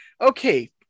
Okay